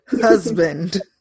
husband